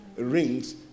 rings